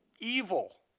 evil.